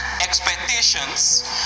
expectations